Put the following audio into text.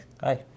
Hi